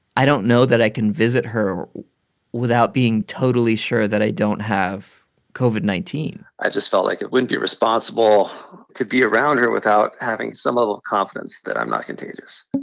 i don't know that i can visit her without being totally sure that i don't have covid nineteen point i just felt like it wouldn't be responsible to be around her without having some level of confidence that i'm not contagious